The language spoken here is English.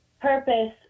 purpose